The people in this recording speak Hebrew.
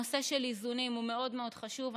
הנושא של איזונים הוא מאוד מאוד חשוב.